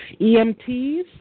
EMTs